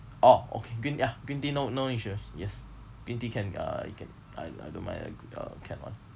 orh okay green ya green tea no no issues yes green tea can uh you can I I don't mind uh uh canned one